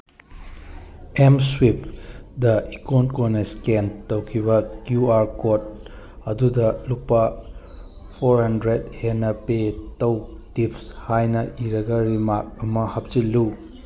ꯑꯦꯝꯁ꯭ꯋꯤꯞꯗ icon ꯀꯣꯟꯅ scan ꯇꯧꯈꯤꯕ Q R code ꯑꯗꯨꯗ ꯂꯨꯄꯥ ꯐꯣꯔ ꯍꯟꯗ꯭ꯔꯦꯠ ꯍꯦꯟꯅ ꯄꯦ ꯇꯧ ꯇꯤꯞꯁ ꯍꯥꯏꯅ ꯏꯔꯒ ꯔꯤꯃꯥꯛ ꯑꯃ ꯍꯥꯞꯆꯤꯜꯂꯨ